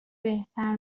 بهتر